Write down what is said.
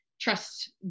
trust